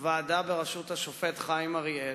ועדה בראשות השופט חיים אריאל.